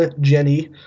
Jenny